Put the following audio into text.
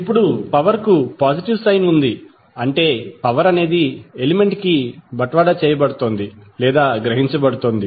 ఇప్పుడు పవర్ కు positive sign ఉంది అంటే పవర్ అనేది ఎలిమెంట్ కి బట్వాడా చేయబడుతోంది లేదా గ్రహించబడుతుంది